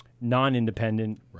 non-independent